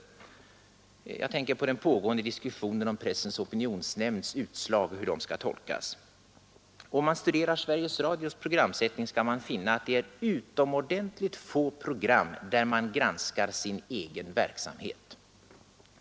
Jag tänker t.ex. på den pågående diskussionen om hur Pressens opinionsnämnds utslag skall tolkas. Om man studerar Sveriges Radios programsättning skall man finna att det finns utomordentligt få program där man granskar sin egen verksamhet.